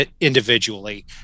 individually